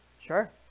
sure